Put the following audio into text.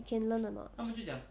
you can learn or not